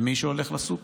למי שהולך לסופר,